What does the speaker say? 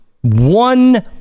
one